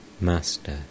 Master